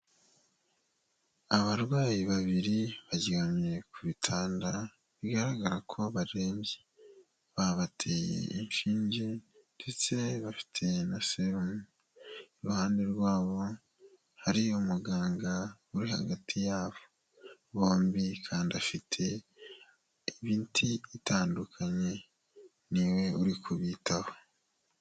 Abarwayi babiri baryamye ku bitanda, bigaragara ko barembye. Babateye inshinge ndetse bafite na serumu. Iruhande rwabo hari umuganga uri hagati yabo bombi kandi afite imiti itandukanye ni we uri kubitaho.